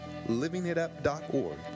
livingitup.org